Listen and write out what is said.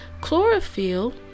chlorophyll